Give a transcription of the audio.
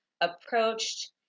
approached